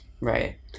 Right